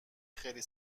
خیلی